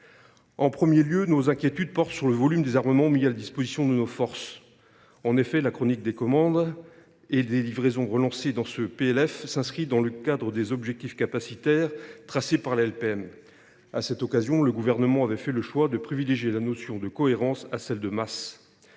En premier lieu, nos inquiétudes portent sur le volume des armements mis à la disposition de nos forces. En effet, la chronique des commandes et des livraisons retracée dans ce PLF s’inscrit dans le cadre des objectifs capacitaires tracé par la LPM. À cette occasion, le Gouvernement avait fait le choix de privilégier la notion de cohérence à celle de masse.